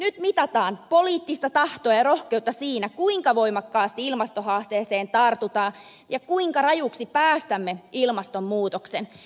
nyt mitataan poliittista tahtoa ja rohkeutta siinä kuinka voimakkaasti ilmastohaasteeseen tartutaan ja kuinka rajuksi päästämme ilmastonmuutoksen